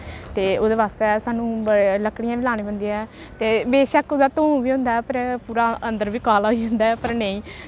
ते ओह्दे बास्तै सानूं बड़े लकड़ियां बी लानियां पौंदियां ऐ ते बेशक ओह्दा धूंऽ बी होंदा ऐ पर पूरा अंदर बी काला होई जंदा ऐ पर नेईं